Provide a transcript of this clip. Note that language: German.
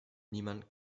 niemand